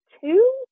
two